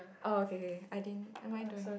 oh okay okay I didn't what am I doing